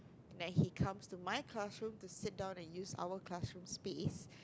then he comes to my classroom to sit down and use our classroom space